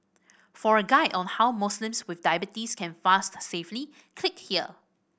for a guide on how Muslims with diabetes can fast safely click here